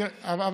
אבל